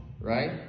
right